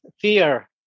fear